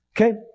okay